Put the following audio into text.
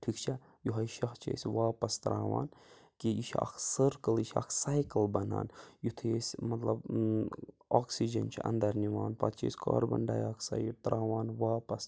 ٹھیٖک چھا یہوے شاہ چھِ أسۍ واپَس ترٛاوان کہِ یہِ چھُ اَکھ سٔرکٕل یہِ چھُ اَکھ سایکل بَنان یُِتھُے أسۍ مطلب آکسیٖجَن چھِ انٛدر نِوان پَتہٕ چھِ أسۍ کاربَن ڈاے آکسایِڈ ترٛاوان واپَس